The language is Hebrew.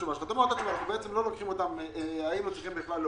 היא שהיינו בכלל צריכים להוריד,